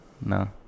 No